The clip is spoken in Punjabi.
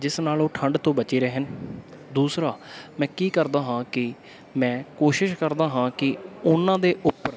ਜਿਸ ਨਾਲ ਉਹ ਠੰਡ ਤੋਂ ਬਚੇ ਰਹਿਣ ਦੂਸਰਾ ਮੈਂ ਕੀ ਕਰਦਾ ਹਾਂ ਕਿ ਮੈਂ ਕੋਸ਼ਿਸ਼ ਕਰਦਾ ਹਾਂ ਕਿ ਉਹਨਾਂ ਦੇ ਉੱਪਰ